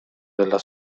della